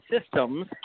systems